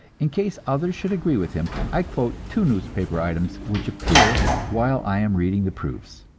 in case others should agree with him, i quote two newspaper items which appear while i am reading the proofs.